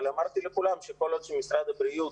אבל אמרתי לכולם שכל עוד משרד הבריאות